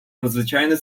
надзвичайно